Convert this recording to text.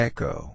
Echo